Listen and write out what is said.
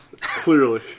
Clearly